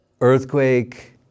earthquake